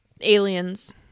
Aliens